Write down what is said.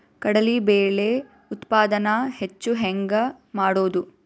ಕಡಲಿ ಬೇಳೆ ಉತ್ಪಾದನ ಹೆಚ್ಚು ಹೆಂಗ ಮಾಡೊದು?